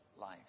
life